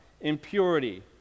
impurity